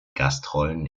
gastrollen